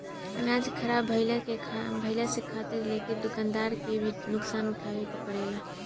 अनाज के ख़राब भईला से खेतिहर से लेके दूकानदार के भी नुकसान उठावे के पड़ेला